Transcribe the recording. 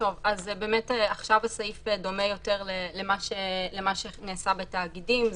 עכשיו הסעיף דומה יותר למה שנעשה בתאגידים.